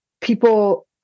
people